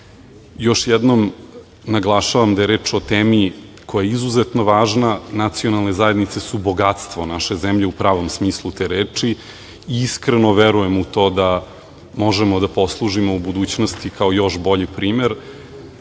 jednom naglašavam da je reč o temi koja je izuzetno važna. Nacionalne zajednice su bogatstvo naše zemlje u pravom smislu te reči i iskreno verujem u to da možemo da poslužimo u budućnosti kao još bolji primer. Kada